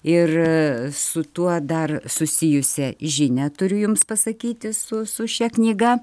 ir su tuo dar susijusią žinią turiu jums pasakyti su su šia knyga